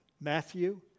Matthew